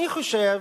אני חושב